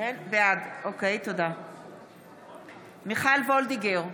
בעד מיכל וולדיגר,